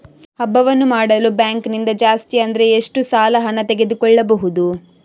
ಹಬ್ಬವನ್ನು ಮಾಡಲು ಬ್ಯಾಂಕ್ ನಿಂದ ಜಾಸ್ತಿ ಅಂದ್ರೆ ಎಷ್ಟು ಸಾಲ ಹಣ ತೆಗೆದುಕೊಳ್ಳಬಹುದು?